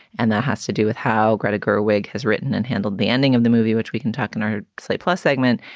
and that has to do with how greta gerwig has written and handled the ending of the movie, which we can talk in our sleep plus segment.